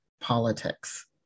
politics